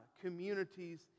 communities